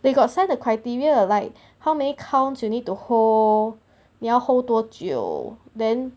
they got sent the criteria like how many counts you need to hold 你要 hold 多久 then